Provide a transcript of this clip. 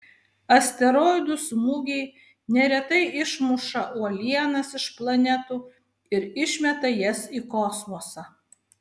asteroidų smūgiai neretai išmuša uolienas iš planetų ir išmeta jas į kosmosą